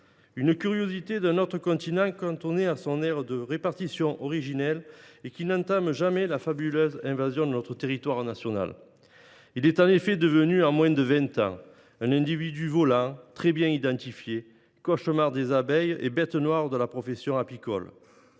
une curiosité d’un autre continent –, cantonné à son aire de répartition originelle, qui n’entame jamais la fabuleuse invasion de notre territoire national. Il est en effet devenu, en moins de vingt ans, un hyménoptère très bien identifié, cauchemar des abeilles et bête noire de la profession apicole.